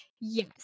yes